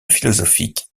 philosophique